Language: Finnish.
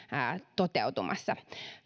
toteutumassa